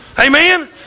Amen